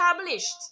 established